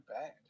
bad